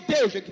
Deus